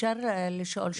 אפשר לשאול שאלה?